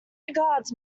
regards